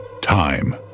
Time